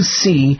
see